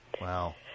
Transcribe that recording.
Wow